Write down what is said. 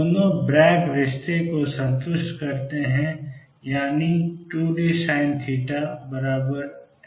दोनों ब्रैग रिश्ते को संतुष्ट करते हैं यानी 2dSinθnλ